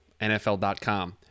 NFL.com